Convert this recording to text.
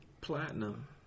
Platinum